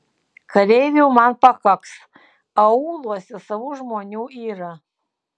kareivių man pakaks aūluose savų žmonių yra